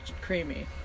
creamy